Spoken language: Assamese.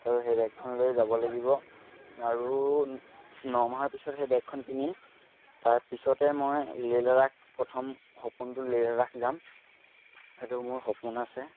আৰু সেই বাইকখন লৈ যাব লাগিব আৰু ন মাহৰ পিছত সেই বাইকখন কিনিম তাৰপিছতে মই লে লাডাখ প্ৰথম সপোনটো লে লাডাখ যাম সেইটো মোৰ সপোন আছে